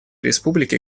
республики